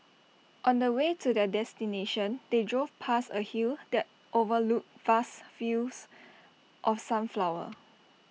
on the way to their destination they drove past A hill that overlooked vast fields of sunflowers